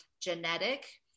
genetic